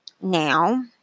now